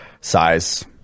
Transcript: size